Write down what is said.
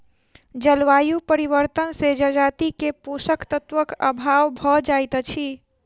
जलवायु परिवर्तन से जजाति के पोषक तत्वक अभाव भ जाइत अछि